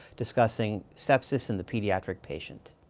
discussing sepsis in the pediatric patient.